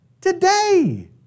Today